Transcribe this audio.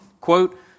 Quote